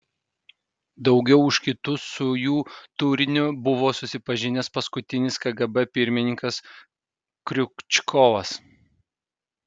daugiau už kitus su jų turiniu buvo susipažinęs paskutinis kgb pirmininkas kriučkovas